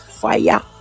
fire